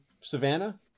Savannah